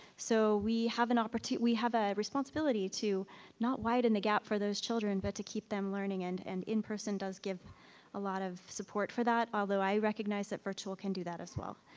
so we have an opportunity. we have a responsibility to not widen the gap for those children, but to keep them learning, and and in-person does give a lot of support for that. although i recognize that virtual can do that as well.